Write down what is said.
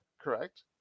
correct